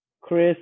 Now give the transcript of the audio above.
Chris